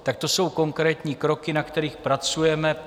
To jsou konkrétní kroky, na kterých pracujeme.